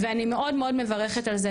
ואני מאוד מאוד מברכת על זה,